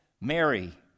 Mary